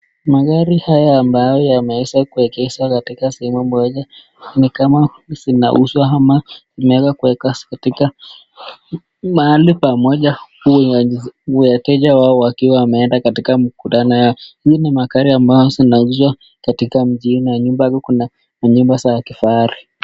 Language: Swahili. Magari haya ambayo yameza kuekezwa katika sehemu moja, ni kama zinauzwa ama zimewekwa katika mahali pamoja kwa wateja wao wakiwa wameenda katika mkutano yao. Hii ni magari ambayo yanauzwa katika mji na nyuma kuna manyumba za kifahari.